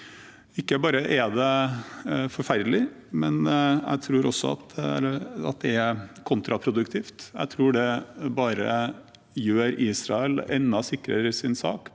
Ikke bare er det forferdelig, men jeg tror det også er kontraproduktivt. Jeg tror det bare gjør Israel enda sikrere i sin sak